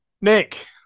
Nick